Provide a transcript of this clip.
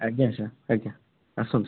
ଆଜ୍ଞା ସାର୍ ଆଜ୍ଞା ଆସନ୍ତୁ ସାର୍